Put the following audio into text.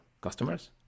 customers